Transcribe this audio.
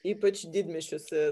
ypač didmiesčiuose